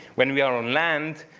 when we are on land,